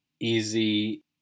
easy